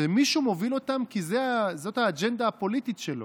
שמישהו מוביל אותן כי זו האג'נדה הפוליטית שלו.